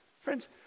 Friends